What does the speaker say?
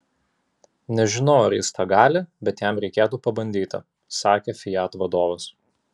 nežinau ar jis tą gali bet jam reikėtų pabandyti sakė fiat vadovas